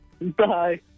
Bye